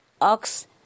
ox